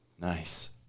Nice